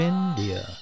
India